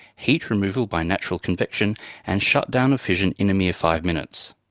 heat removal by natural convection and shut-down of fission in a mere five minutes.